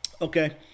Okay